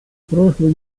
прошлой